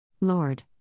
Lord